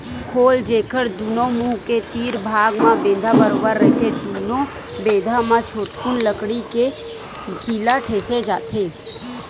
खोल, जेखर दूनो मुहूँ के तीर भाग म बेंधा बरोबर रहिथे दूनो बेधा म छोटकुन लकड़ी के खीला ठेंसे जाथे